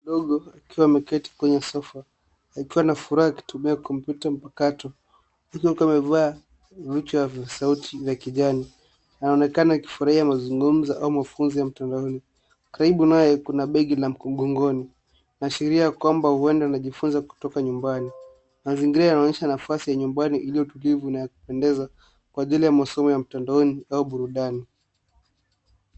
Mtoto mdogo akiwa ameketi kwenye sofa akiwa na furaha akitumia kompyuta mpakato, akiwa amevaa vifaa vya sauti ya kijani. Anaonekana akifurahia mazungumzo ama funzo ya mtandaoni. Karibu naye kuna begi la mgongoni, linaashiria kwamba huenda anajifunza kutoka nyumbani. Mazingira yanaonyesha nafasi ya nyumbani iliyo tulivu na ya kupendeza kwa ajili ya masomo ya mtandaoni au burudani.